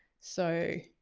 so,